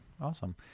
Awesome